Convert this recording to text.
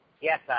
Yes